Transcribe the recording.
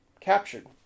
captured